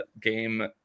game